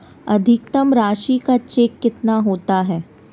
अधिकतम राशि का चेक कितना होता है?